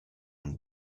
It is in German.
und